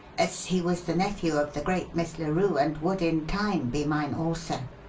as he was the nephew of the great miss larue and would, in time, be mine also.